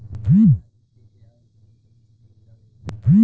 लाल माटी मे आउर कौन कौन फसल उपजाऊ होखे ला?